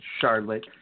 Charlotte